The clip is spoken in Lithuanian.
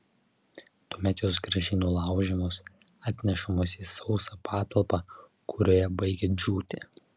tuomet jos gražiai nulaužiamos atnešamos į sausą patalpą kurioje baigia džiūti